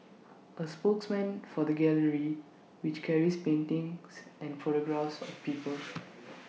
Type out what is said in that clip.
A spokesman for the gallery which carries paintings and photographs of people